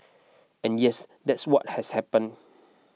and yes that's what has happen